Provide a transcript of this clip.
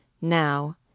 Now